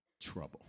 trouble